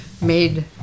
made